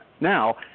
now